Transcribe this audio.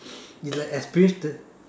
is like experience the